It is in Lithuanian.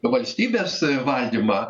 valstybės valdymą